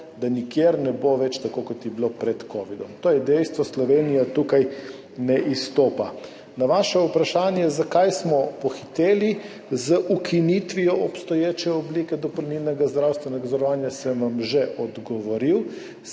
da nikjer ne bo več tako, kot je bilo pred kovidom. To je dejstvo. Slovenija tukaj ne izstopa. Na vaše vprašanje, zakaj smo pohiteli z ukinitvijo obstoječe oblike dopolnilnega zdravstvenega zavarovanja, sem vam že odgovoril.